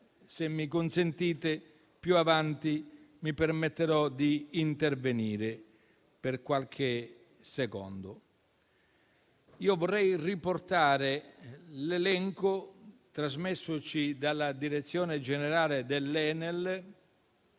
se mi consentite - più avanti mi permetterò di intervenire brevemente. Vorrei riportare l'elenco, trasmessoci dalla direzione generale dell'Enel,